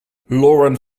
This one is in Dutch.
lauren